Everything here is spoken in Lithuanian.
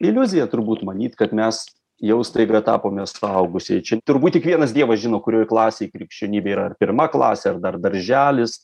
iliuzija turbūt manyt kad mes jau staiga tapome suaugusieji čia turbūt tik vienas dievas žino kurioj klasėj krikščionybė yra pirma klasė ar dar darželis